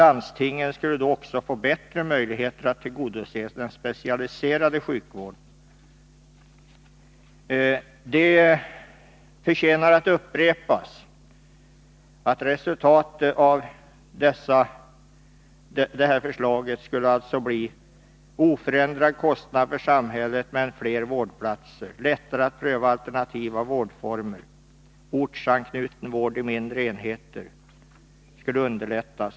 Landstingen skulle också få bättre möjligheter att tillgodose den specialiserade sjukvården. Det förtjänar att upprepas att resultatet av detta förslag skulle bli oförändrad kostnad för samhället, men fler vårdplatser. Vidare skulle det alltså bli lättare att pröva alternativa vårdformer, och ortsanknuten vård i mindre enheter skulle underlättas.